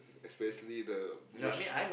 especially the mach~